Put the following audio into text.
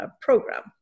program